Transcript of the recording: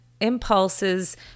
impulses